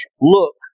look